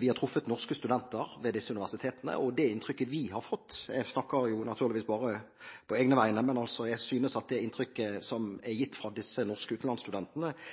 Vi har truffet norske studenter ved disse universitetene, og det inntrykket vi har fått fra dem – jeg snakker naturligvis bare på egne vegne – er